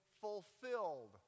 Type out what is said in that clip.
fulfilled